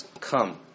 come